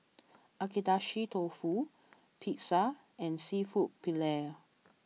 Agedashi Dofu Pizza and Seafood Paella